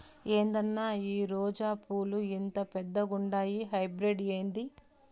ఏందన్నా ఈ రోజా పూలు ఇంత పెద్దగుండాయి హైబ్రిడ్ ఏంది